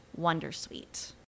Wondersuite